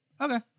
Okay